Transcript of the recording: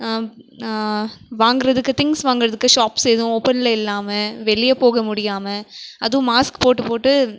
வாங்கிறதுக்கு திங்க்ஸ் வாங்கிறதுக்கு ஷாப்ஸ் எதுவும் ஓப்பனில் இல்லாமல் வெளியே போக முடியாமல் அதுவும் மாஸ்க் போட்டு போட்டு